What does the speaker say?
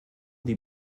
die